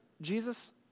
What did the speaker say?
Jesus